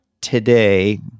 today